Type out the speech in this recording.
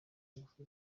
ingufu